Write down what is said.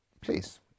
Please